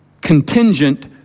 contingent